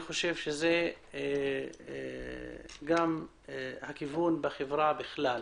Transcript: גם הכיוון בחברה בכלל.